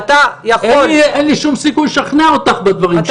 אין לי שום סיכוי לשכנע אותך בדברים שלי.